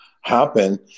happen